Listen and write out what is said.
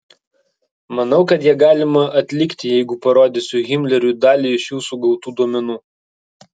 manau kad ją galima atlikti jeigu parodysiu himleriui dalį iš jūsų gautų duomenų